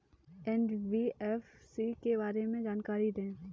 NBFC के बारे में जानकारी दें?